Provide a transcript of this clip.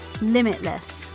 limitless